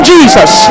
Jesus